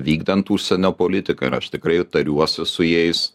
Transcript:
vykdant užsienio politiką ir aš tikrai tariuosi su jais